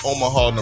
Omaha